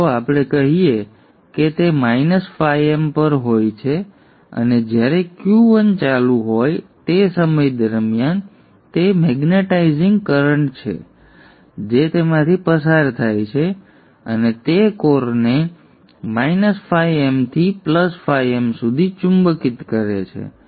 ચાલો આપણે કહીએ કે તે φm પર હોય છે અને જ્યારે Q 1 ચાલુ હોય તે સમય દરમિયાન તે ચુંબકિય વિદ્યુતપ્રવાહ છે જે તેમાંથી પસાર થાય છે અને તે કોરને φm થી φm સુધી ચુંબકિત કરે છે